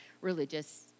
religious